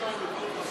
ההצעה להעביר